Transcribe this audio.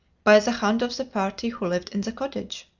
by the hand of the party who lived in the cottage.